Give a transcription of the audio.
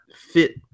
fit